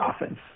offense